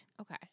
Okay